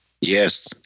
Yes